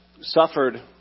suffered